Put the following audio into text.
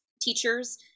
teachers